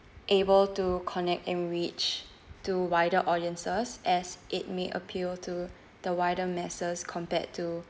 able to connect and reach to wider audiences as it may appeal to the wider masses compared to